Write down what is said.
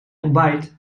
ontbijt